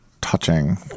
touching